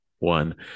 One